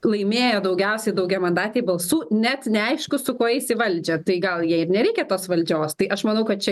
laimėjo daugiausiai daugiamandatėj balsų net neaišku su kuo eis į valdžią tai gal jai ir nereikia tos valdžios tai aš manau kad čia